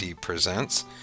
Presents